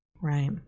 Right